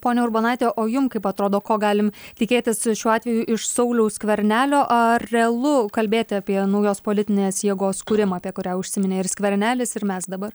ponia urbonaite o jum kaip atrodo ko galim tikėtis šiuo atveju iš sauliaus skvernelio ar realu kalbėti apie naujos politinės jėgos kūrimą apie kurią užsiminė ir skvernelis ir mes dabar